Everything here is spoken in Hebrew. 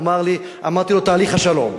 הוא אמר לי, אמרתי לו: תהליך השלום.